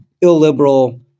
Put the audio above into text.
illiberal